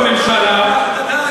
כי היא אומרת לך מה הממשלה עושה.